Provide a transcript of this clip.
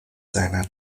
seiner